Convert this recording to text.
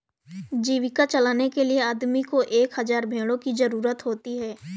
जीविका चलाने के लिए आदमी को एक हज़ार भेड़ों की जरूरत होती है